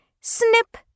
Snip